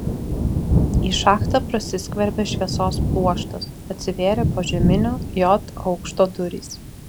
į šachtą prasiskverbė šviesos pluoštas atsivėrė požeminio j aukšto durys